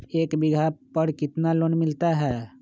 एक बीघा पर कितना लोन मिलता है?